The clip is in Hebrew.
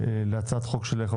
להצעת החוק שלי.